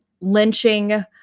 lynching